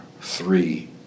three